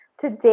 Today